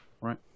Right